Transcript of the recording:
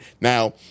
now